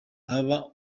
alba